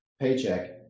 paycheck